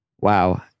wow